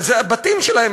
זה הבתים שלהם,